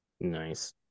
Nice